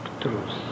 truth